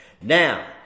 Now